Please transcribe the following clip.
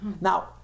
Now